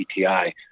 PTI